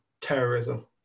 terrorism